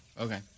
okay